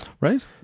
right